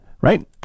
Right